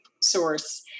source